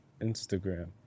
Instagram